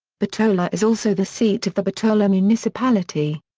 bitola is also the seat of the bitola municipality.